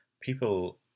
people